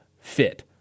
fit